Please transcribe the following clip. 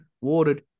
watered